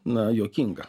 na juokinga